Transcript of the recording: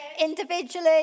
individually